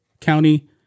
County